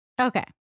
Okay